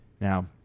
Now